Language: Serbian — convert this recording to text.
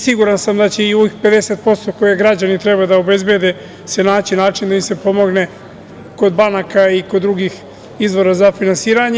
Siguran sam da će i za ovih 50% koje građani treba da obezbede se naći način da im se pomogne kod banaka i kod drugih izvora za finansiranje.